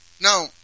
Now